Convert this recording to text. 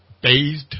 bathed